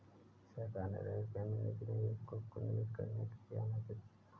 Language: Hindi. सरकार ने रेलवे में निजी निवेशकों को निवेश करने के लिए आमंत्रित किया